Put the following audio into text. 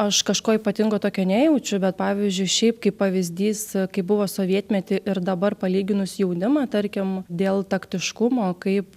aš kažko ypatingo tokio nejaučiu bet pavyzdžiui šiaip kaip pavyzdys kaip buvo sovietmety ir dabar palyginus jaunimą tarkim dėl taktiškumo kaip